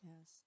yes